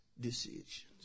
decisions